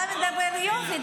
אתה אומר: יופי,